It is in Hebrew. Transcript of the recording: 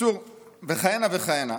וכהנה וכהנה.